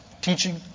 teaching